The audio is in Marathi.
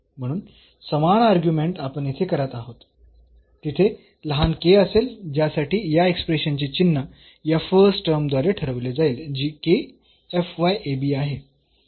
म्हणून समान अर्ग्युमेंट आपण येथे करत आहोत तिथे लहान k असेल ज्यासाठी या एक्सप्रेशनचे चिन्ह या फर्स्ट टर्म द्वारे ठरवले जाईल जी आहे आणि तो पॉईंट येथे आहे